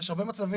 יש לך נתונים?